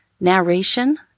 Narration